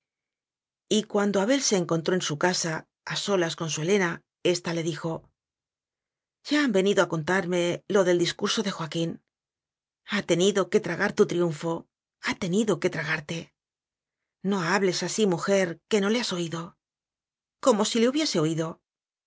bendita y cuando abel se encontró en su casa a solas con su helena ésta le dijo ya han venido a contarme lo del dis curso de joaquín ha tenido que tragar tu triunfo ha tenido que tragarte no hables así mujer que no le has oído como si le hubiese oído